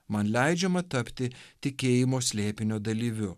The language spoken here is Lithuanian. man leidžiama tapti tikėjimo slėpinio dalyviu